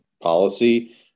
policy